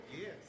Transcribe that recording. yes